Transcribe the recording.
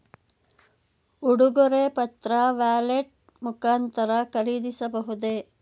ಉಡುಗೊರೆ ಪತ್ರ ವ್ಯಾಲೆಟ್ ಮುಖಾಂತರ ಖರೀದಿಸಬಹುದೇ?